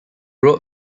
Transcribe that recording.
road